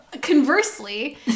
conversely